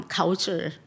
culture